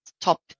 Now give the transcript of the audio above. top